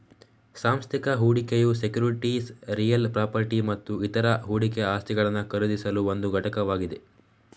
ಸಾಂಸ್ಥಿಕ ಹೂಡಿಕೆಯು securities real property ಮತ್ತು ಇತರ ಹೂಡಿಕೆ ಆಸ್ತಿಗಳನ್ನು ಖರೀದಿಸಲು ಒಂದು ಘಟಕವಾಗಿದೆ